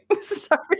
Sorry